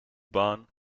bahn